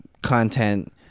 content